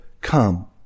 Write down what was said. come